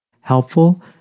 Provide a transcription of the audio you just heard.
helpful